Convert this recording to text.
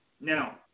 Now